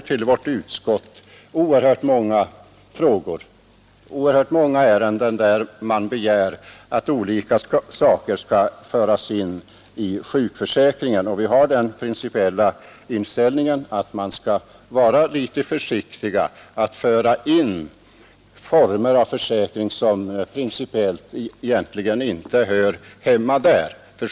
Till vårt utskott får vi ju oerhört många ärenden där det begärs att olika saker skall föras in i sjukförsäkringen, och vi har den principiella inställningen att man skall vara litet försiktig med att föra in försäkringsformer som principiellt egentligen inte hör hemma där.